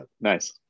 Nice